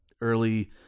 early